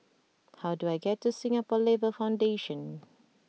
how do I get to Singapore Labour Foundation